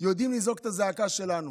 יודעים לזעוק את הזעקה שלנו,